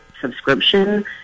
subscription